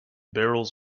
barrels